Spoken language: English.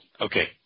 Okay